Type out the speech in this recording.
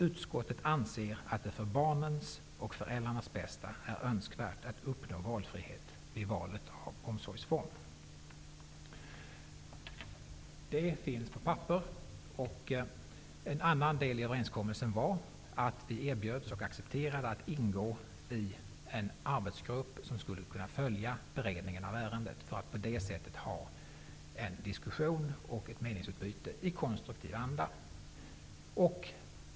Utskottet anser att det, för barnens och föräldrarnas bästa, är önskvärt att uppnå valfrihet vid valet av omsorgsform.'' Det finns på papper. En annan del i överenskommelsen var att vi erbjöds och accepterade att ingå i en arbetsgrupp som skulle kunna följa beredningen av ärendet för att på det sättet ha en diskussion och ett meningsutbyte i konstruktiv anda.